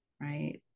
right